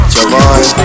Javon